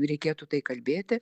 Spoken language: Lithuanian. reikėtų tai kalbėti